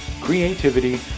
creativity